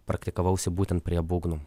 praktikavausi būtent prie būgnų